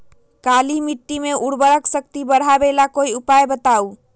काली मिट्टी में उर्वरक शक्ति बढ़ावे ला कोई उपाय बताउ?